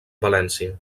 valència